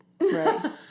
right